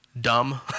dumb